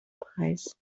preis